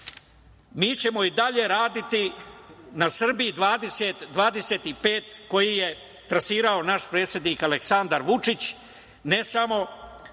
mi ćemo i dalje raditi na Srbiji 2025 koji je trasirao naš predsednik Aleksandar Vučić, ne samo